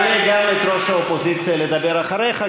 אני אעלה גם את ראש האופוזיציה לדבר אחריך,